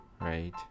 right